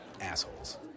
assholes